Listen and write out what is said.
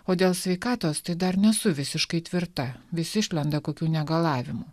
o dėl sveikatos tai dar nesu visiškai tvirta vis išlenda kokių negalavimų